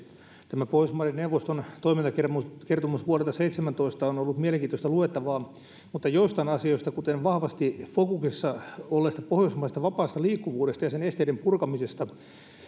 tämä pohjoismaiden neuvoston toimintakertomus vuodelta kaksituhattaseitsemäntoista on ollut mielenkiintoista luettavaa mutta joissain asioissa kuten vahvasti fokuksessa olleessa pohjoismaisessa vapaassa liikkuvuudessa ja sen esteiden purkamisessa